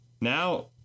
Now